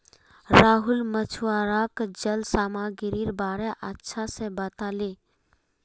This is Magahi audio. राहुल मछुवाराक जल सामागीरीर बारे अच्छा से बताले